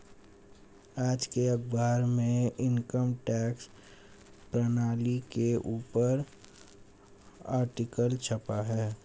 आज के अखबार में इनकम टैक्स प्रणाली के ऊपर आर्टिकल छपा है